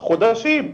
חודשים.